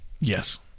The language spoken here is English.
Yes